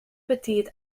betiid